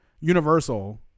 Universal